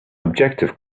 objective